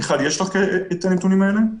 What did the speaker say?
מיכל, יש לך את הנתונים האלה?